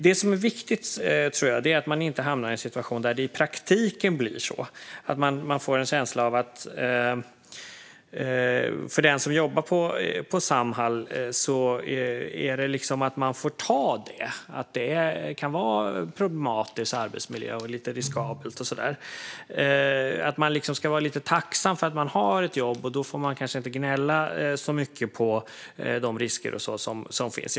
Jag tror att det är viktigt att man inte hamnar i en situation där det i praktiken finns en känsla hos den som jobbar på Samhall att man liksom får ta att det kan vara en problematisk arbetsmiljö, lite riskabelt och så där. Man ska liksom vara lite tacksam över att man har ett jobb, och då får man kanske inte gnälla så mycket på risker och sådant.